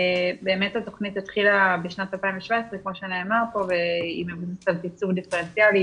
התוכנית התחילה בשנת 2017 והיא מבוססת על תקצוב דיפרנציאלי,